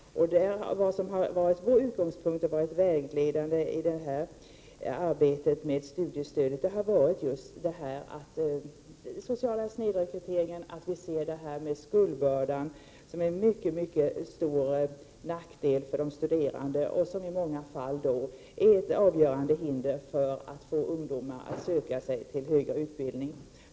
Det vägledande för oss i arbetet med studiestödet har varit just den sociala snedrekryteringen och skuldbördan, som är en mycket stor nackdel för de studerande. I många fall är denna ett avgörande hinder för ungdomarna när det gäller att söka sig till högre utbildning.